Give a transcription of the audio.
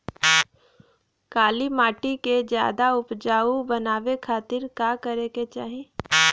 काली माटी के ज्यादा उपजाऊ बनावे खातिर का करे के चाही?